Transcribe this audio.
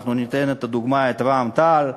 אנחנו ניתן לדוגמה את רע"ם-תע"ל.